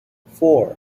four